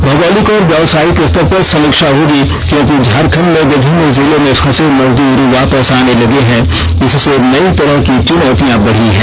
भौगोलिक और व्यवसायिक स्तर पर समीक्षा होगी क्योंकि झारखंड में विभिन्न जिलों में फंसे मजदूर वापस आने लगे हैं इससे नई तरह की चुनौतियां बढ़ी हैं